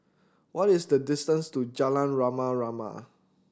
what is the distance to Jalan Rama Rama